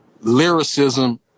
lyricism